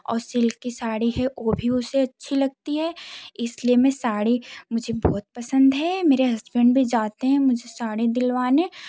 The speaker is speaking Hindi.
और सिल्की साड़ी है ओ भी उसे अच्छी लगती है इसलिए मैं साड़ी मुझे बहुत पसंद है मेरे हस्बैंड भी जाते हैं मुझे सारे दिलवाने